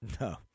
No